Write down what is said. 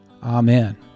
Amen